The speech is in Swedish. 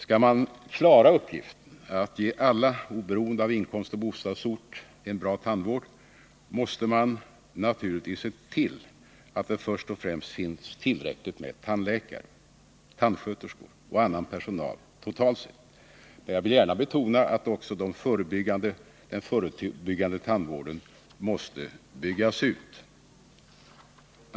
Skall man klara uppgiften att ge alla oberoende av inkomst och bostadsort en bra tandvård måste man naturligtvis se till att det först och främst finns tillräckligt med tandläkare, tandsköterskor och annan personal totalt sett. Men jag vill betona att också den förebyggande tandvården måste byggas ut.